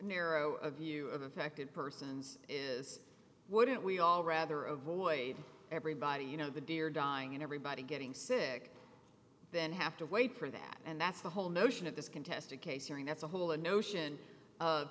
narrow a view of the fact that persons is wouldn't we all rather avoid everybody you know the deer dying and everybody getting sick then have to wait for that and that's the whole notion of this contest a case hearing that's a whole the notion